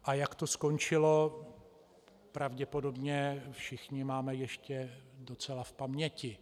A jak to skončilo, pravděpodobně všichni máme ještě docela v paměti.